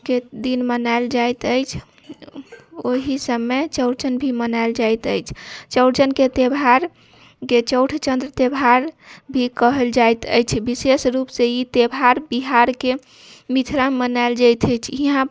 के दिन मनायल जाइत अछि ओहि समय चौरचन भी मनायल जाइत अछि चौरचनके त्यौहार जे चौठचंद्र त्यौहार भी कहल जाइत अछि विशेष रूप से ई त्यौहार बिहारके मिथिलामे मनाओल जाइत अछि यहाँ